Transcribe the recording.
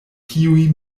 tiuj